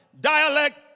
Dialect